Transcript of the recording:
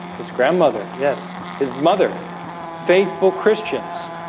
his grandmother. yes his mother faithful christians